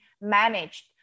managed